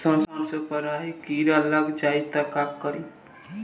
सरसो पर राही किरा लाग जाई त का करी?